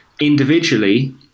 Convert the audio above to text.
individually